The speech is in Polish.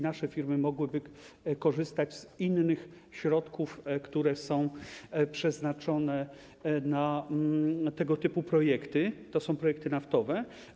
Nasze firmy mogłyby korzystać z innych środków, które są przeznaczone na tego typu projekty, tj. projekty naftowe.